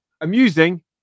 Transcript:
amusing